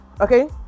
okay